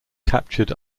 captured